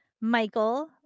michael